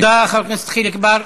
תודה לחבר הכנסת חיליק בר.